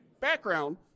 background